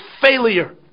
failure